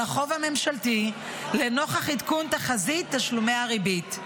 החוב הממשלתי לנוכח עדכון תחזית תשלומי הריבית.